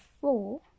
four